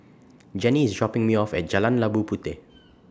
Jenni IS dropping Me off At Jalan Labu Puteh